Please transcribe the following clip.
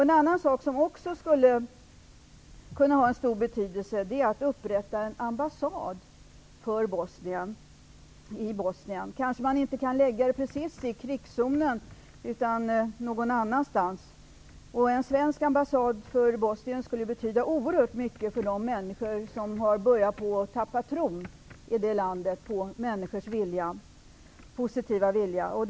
En annan sak som också skulle kunna vara av stor betydelse är att upprätta en ambassad för Bosnien, i Bosnien. Kanske man inte kan lägga den precis i krigszonen utan någon annanstans. En svenska ambassad för Bosnien skulle betyda oerhört mycket för de människor som har börjat tappa tron på människors positiva vilja i det landet.